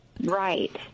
Right